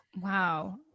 wow